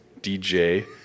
DJ